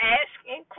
asking